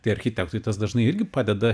tai architektui tas dažnai irgi padeda